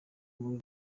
muri